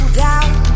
doubt